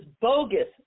bogus